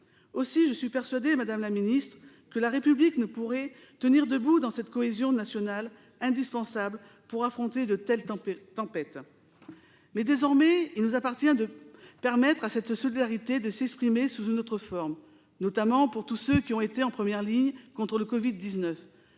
Aussi, je suis persuadée, madame la ministre, que la République ne pourrait tenir debout sans cette cohésion nationale, indispensable pour affronter de telles tempêtes. Désormais, il nous appartient de permettre à cette solidarité de s'exprimer sous une autre forme, notamment pour tous ceux qui ont été en première ligne contre le Covid-19.